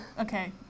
okay